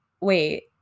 wait